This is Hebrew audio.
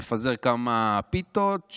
מפזר כמה פיתות,